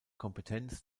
kompetenz